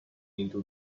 into